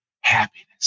happiness